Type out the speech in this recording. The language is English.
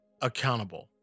accountable